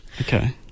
Okay